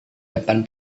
depan